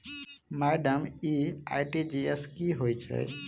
Madam इ RTGS की होइ छैय?